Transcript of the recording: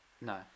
No